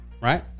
right